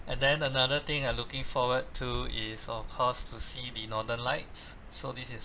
and then another thing we're looking forward to is of course to see the northern lights so this is